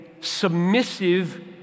submissive